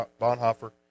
Bonhoeffer